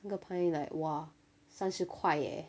三个 pint like !wah! 三十块哦